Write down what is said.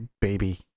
baby